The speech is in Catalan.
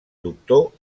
doctor